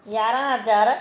यारहां हज़ार